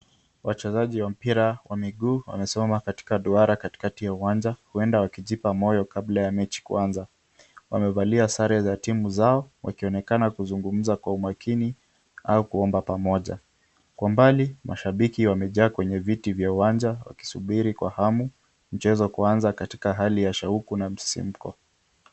Wachezaji wa mpira wa miguu wamesimama katika duara katikati ya uwanja, huenda wakijipa moyo kabla ya mechi kuanza, wamevalia sare za timu zao wakionekana kuzungumza kwa umakini au kuomba pamoja, kwa mbali mashabiki wamejaa kwenye viti vya uwanja wakisubiri kwa hamu mchezo kuanza katika hali ya shauku na msisimuko.